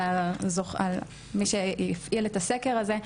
לדווח עליו, מי שהפעיל את הסקר הזה.